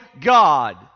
God